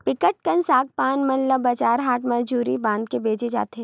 बिकट कन सग पान मन ल बजार हाट म जूरी बनाके बेंचे जाथे